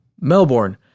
Melbourne